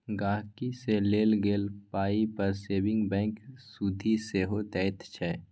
गांहिकी सँ लेल गेल पाइ पर सेबिंग बैंक सुदि सेहो दैत छै